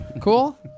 Cool